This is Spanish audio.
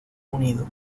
unido